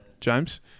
James